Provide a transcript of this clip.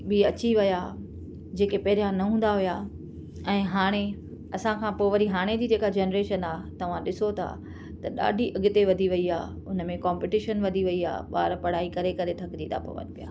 बि अची विया जेके पहिरियां न हूंदा हुया ऐं हाणे असांखां पोइ हाणे जी जेका जनरेशन आहे तव्हां ॾिसो त त ॾाढी अॻिते वधी वई आहे उनमें कंपीटीशन वधी वई आहे ॿार पढ़ाई करे करे थकिजी था पवनि पिया